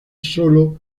solo